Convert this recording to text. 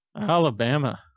Alabama